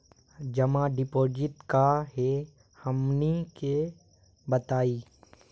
जमा डिपोजिट का हे हमनी के बताई?